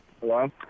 Hello